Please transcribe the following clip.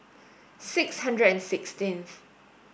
six hundred and sixteenth